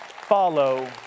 follow